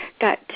got